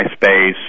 MySpace